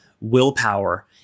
willpower